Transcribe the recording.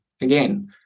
Again